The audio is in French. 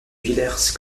villers